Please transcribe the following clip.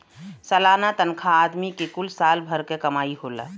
सलाना तनखा आदमी के कुल साल भर क कमाई होला